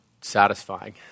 satisfying